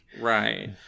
right